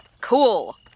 Cool